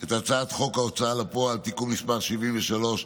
את הצעת חוק ההוצאה לפועל (תיקון מס' 73),